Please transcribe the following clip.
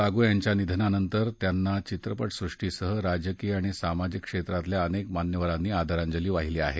लागू यांच्या निधनानंतर त्यांना चित्रपटसुष्टीसह राजकीय आणि सामाजिक क्षेत्रातल्या अनेक मान्यवरांनी आदरांजली वाहिली आहे